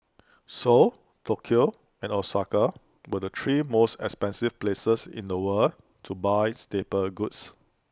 Seoul Tokyo and Osaka were the three most expensive places in the world to buy staple goods